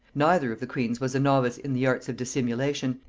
neither of the queens was a novice in the arts of dissimulation,